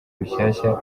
bishasha